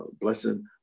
blessing